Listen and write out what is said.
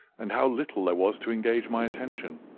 and how little there was to engage my attention.